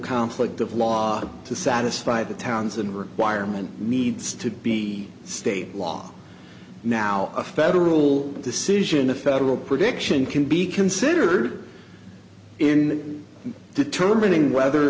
conflict of law to satisfy the towns and requirement needs to be state law now a federal decision a federal prediction can be considered in determining whether